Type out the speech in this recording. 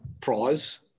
prize